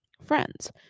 friends